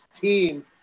team